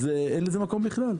אז אין לזה מקום בכלל.